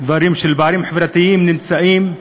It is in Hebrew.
דברים של פערים חברתיים, נמצאים,